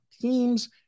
teams